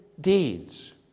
deeds